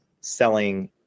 selling